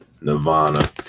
Nirvana